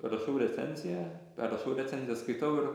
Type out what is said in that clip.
rašau recenziją rašau recenziją skaitau ir